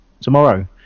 tomorrow